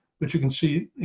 but you can see,